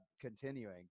continuing